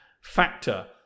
factor